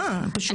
אני מסבירה פשוט.